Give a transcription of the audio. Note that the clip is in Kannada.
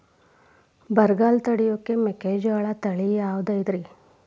ಬರಗಾಲ ತಡಕೋ ಮೆಕ್ಕಿಜೋಳ ತಳಿಯಾವುದ್ರೇ?